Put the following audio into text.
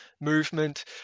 movement